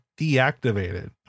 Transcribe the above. deactivated